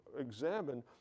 examine